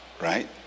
Right